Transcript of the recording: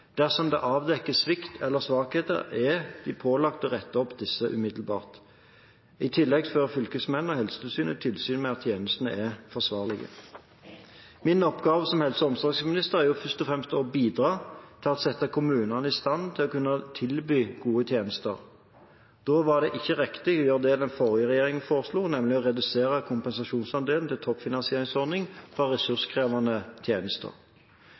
Dersom det avdekkes svikt eller svakheter, er de pålagt å rette opp disse umiddelbart. I tillegg fører fylkesmennene og Helsetilsynet tilsyn med at tjenestene er forsvarlige. Min oppgave som helse- og omsorgsminister er først og fremst å bidra til å sette kommunene i stand til å kunne tilby gode tjenester. Da var det ikke riktig å gjøre det den forrige regjeringen foreslo, nemlig å redusere kompensasjonsandelen til toppfinansieringsordning for ressurskrevende tjenester.